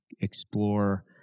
explore